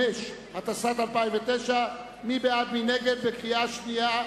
5), התשס"ט 2009, מי בעד, מי נגד בקריאה שנייה?